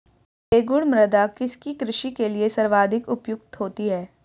रेगुड़ मृदा किसकी कृषि के लिए सर्वाधिक उपयुक्त होती है?